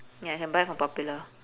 ya you can buy from popular